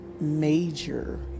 major